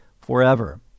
forever